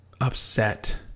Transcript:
upset